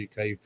UK